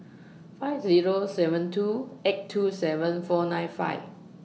five Zero seven two eight two seven four nine five